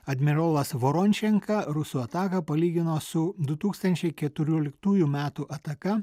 admirolas vorončenka rusų ataką palygino su du tūkstančiai keturioliktųjų metų ataka